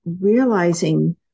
realizing